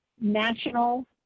national